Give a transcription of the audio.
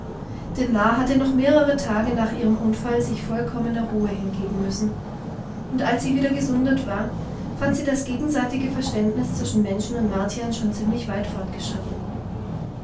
denn la hatte noch mehrere tage nach ihrem unfall sich vollkommener ruhe hingeben müssen und als sie wieder gesundet war fand sie das gegenseitige verständnis zwischen menschen und martiern schon ziemlich weit